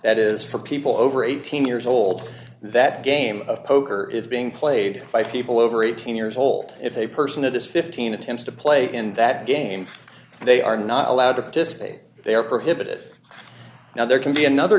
that is for people over eighteen years old that game of poker is being played by people over eighteen years old if a person that is fifteen attempts to play in that game they are not allowed to participate they are prohibited now there can be another